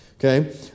Okay